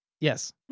Yes